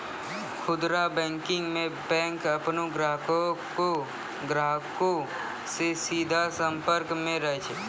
खुदरा बैंकिंग मे बैंक अपनो ग्राहको से सीधा संपर्क मे रहै छै